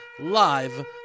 live